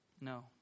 No